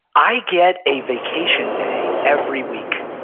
i get a vacation day every week,